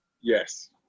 Yes